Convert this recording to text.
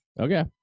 Okay